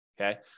Okay